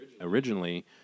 originally